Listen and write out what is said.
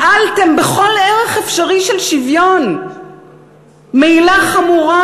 מעלתם בכל ערך אפשרי של שוויון מעילה חמורה.